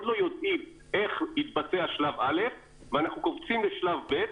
לא יודעים איך יתבצע שלב א' ואנחנו קופצים לשלב ב',